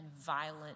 violent